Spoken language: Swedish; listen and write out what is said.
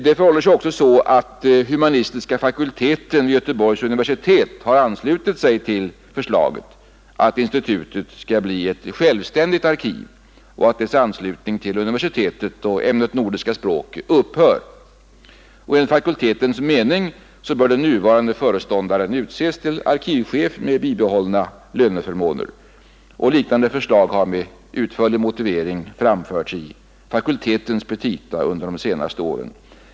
Det förhåller sig också så att humanistiska fakulteten vid Göteborgs universitet har anslutit sig till förslaget att institutet skall bli ett självständigt arkiv och att dess anslutning till universitetet och ämnet nordiska språk upphör. Enligt fakultetens mening bör den nuvarande föreståndaren utses till arkivchef med bibehållna löneförmåner, och liknande förslag har med utförlig motivering framförts i fakultetens petita under de senaste åren.